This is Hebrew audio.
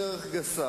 התחלף.